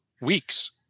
weeks